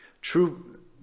true